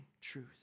truth